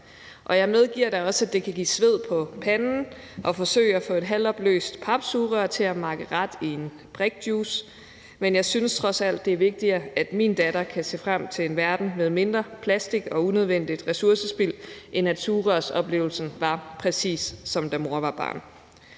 Jeg medgiver da også, at det kan give sved på panden at forsøge at få et halvopløst papsugerør til at makke ret i en brikjuice. Men jeg synes trods alt, det er vigtigere, at min datter kan se frem til en verden med mindre plastik og unødvendigt ressourcespild, end at sugerørsoplevelsen var, præcis som da mor var barn.